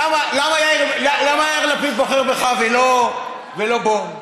למה יאיר בוחר בך ולא בו?